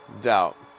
doubt